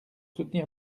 soutenir